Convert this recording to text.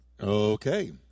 Okay